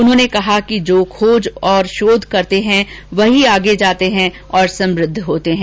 उन्होंने कहा कि जो खोज और शोध करते हैं वही आगे जाते हैं और वे ही समद्व होते हैं